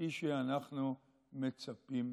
כפי שאנחנו מצפים.